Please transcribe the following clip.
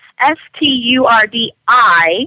S-T-U-R-D-I